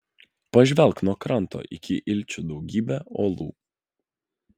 pažvelk nuo kranto iki ilčių daugybė uolų